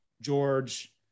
George